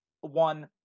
one